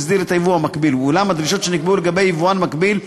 והסדיר את הייבוא המקביל.